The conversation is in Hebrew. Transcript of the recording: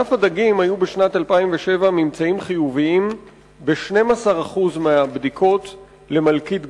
בענף הדגים היו בשנת 2007 ממצאים חיוביים ב-12% מהבדיקות למלכיט גרין,